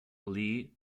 lee